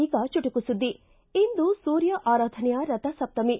ಈಗ ಚುಟುಕು ಸುದ್ಗಿ ಇಂದು ಸೂರ್ಯ ಆರಾಧನೆಯ ರಥಸಪ್ತಮಿ